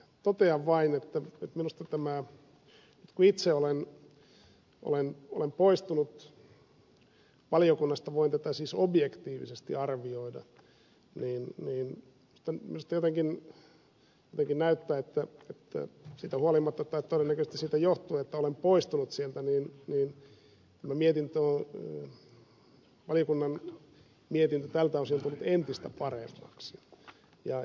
totean vain että nyt kun itse olen poistunut valiokunnasta voin tätä siis objektiivisesti arvioida ja niin minusta jotenkin näyttää että siitä huolimatta tai todennäköisesti siitä johtuen että olen poistunut sieltä tämä valiokunnan mietintö tältä osin on tullut entistä paremmaksi